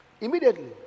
Immediately